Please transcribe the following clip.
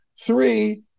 Three